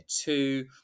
two